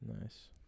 Nice